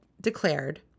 declared